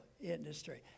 industry